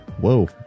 Whoa